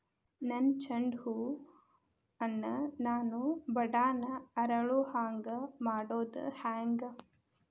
ನನ್ನ ಚಂಡ ಹೂ ಅನ್ನ ನಾನು ಬಡಾನ್ ಅರಳು ಹಾಂಗ ಮಾಡೋದು ಹ್ಯಾಂಗ್?